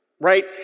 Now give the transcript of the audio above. right